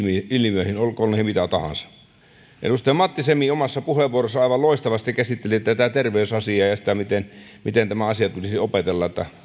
ilmiöihin olkoot ne mitä tahansa edustaja matti semi omassa puheenvuorossaan aivan loistavasti käsitteli tätä terveysasiaa ja sitä miten miten tämä asia tulisi opetella että